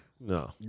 No